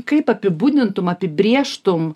kaip apibūdintum apibrėžtum